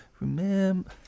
Remember